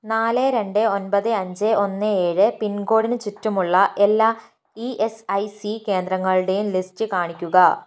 നാല് രണ്ട് ഒൻപത് അഞ്ച് ഒന്ന് ഏഴ് പിൻകോഡിന് ചുറ്റുമുള്ള എല്ലാ ഇ എസ് ഐ സി കേന്ദ്രങ്ങളുടെയും ലിസ്റ്റ് കാണിക്കുക